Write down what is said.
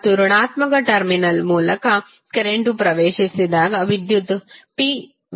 ಮತ್ತು ಋಣಾತ್ಮಕ ಟರ್ಮಿನಲ್ ಮೂಲಕ ಕರೆಂಟ್ವು ಪ್ರವೇಶಿಸಿದಾಗ ವಿದ್ಯುತ್ p v